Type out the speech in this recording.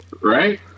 right